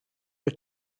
were